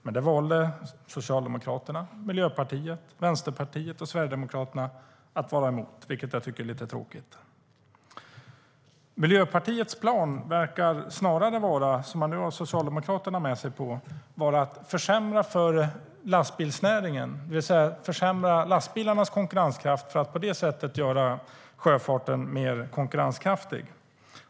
Men Socialdemokraterna, Miljöpartiet, Vänsterpartiet och Sverigedemokraterna var emot det, vilket var tråkigt. Miljöpartiets plan, som Socialdemokraterna är med på, verkar vara att försämra för lastbilsnäringen, det vill säga försämra lastbilarnas konkurrenskraft för att göra sjöfarten mer konkurrenskraftig.